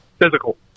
Physical